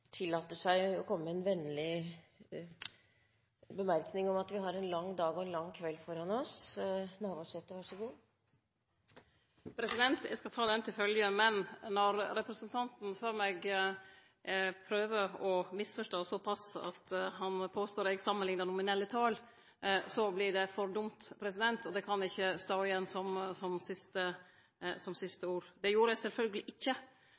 tillater seg å komme med en vennlig bemerkning om at vi har en lang dag og en lang kveld foran oss. Eg skal ta det til følgje, men når representanten prøver å misforstå såpass at han påstår at eg samanliknar nominelle tal, vert det for dumt, og det kan ikkje stå igjen som siste ord. Eg samanlikna sjølvsagt ikkje nominelle tal, eg samanlikna kva som